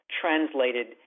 translated